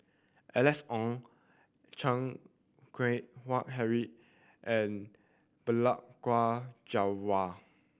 Alice Ong Chan Keng Howe Harry and Balli Kaur Jaswal